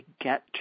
get